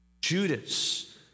Judas